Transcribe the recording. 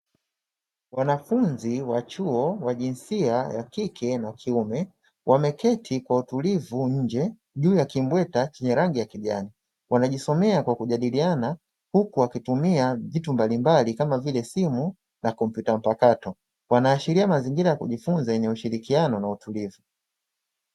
Wanafunzi wa chuo wa jinsia ya kike na kiume wameketi kwa utulivu nje juu ya kimbweta chenye rangi ya kijani, wanajisomea kwa kujadiliana huku wakitumia vitu mbalimbali kama vile simu na kompyuta mpakato, wanaashiria mazingira ya kujifunza yenye ushirikiano na utulivu.